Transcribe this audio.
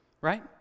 right